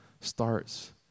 starts